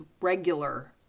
regular